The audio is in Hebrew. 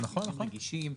רגישים,